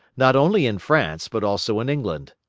not only in france but also in england.